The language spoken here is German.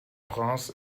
prince